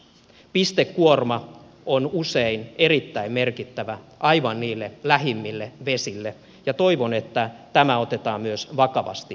pistekuorma on usein erittäin merkittävä aivan niille lähimmille vesille ja toivon että tämä otetaan myös vakavasti huomioon